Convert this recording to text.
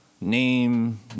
name